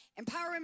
empowerment